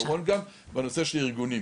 נושא אחרון הוא הנושא של ארגונים,